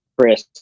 Chris